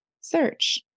search